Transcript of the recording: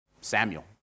Samuel